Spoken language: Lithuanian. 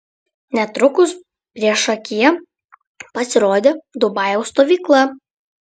netrukus priešakyje pasirodė dubajaus stovykla